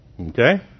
Okay